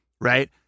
right